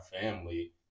family